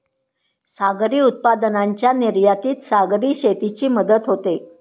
सागरी उत्पादनांच्या निर्यातीत सागरी शेतीची मदत होते